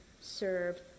serve